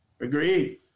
Agreed